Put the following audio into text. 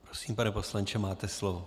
Prosím, pane poslanče, máte slovo.